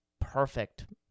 perfect